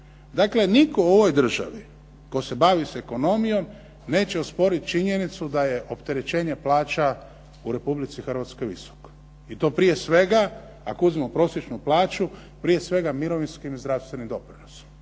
Dakle, nitko u ovoj državi tko se bavi sa ekonomijom neće osporit činjenicu da je opterećenje plaća u Republici Hrvatskoj visoko i to prije svega ako uzmemo prosječnu plaću prije svega mirovinskim i zdravstvenim doprinosom.